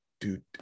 dude